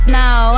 now